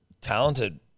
Talented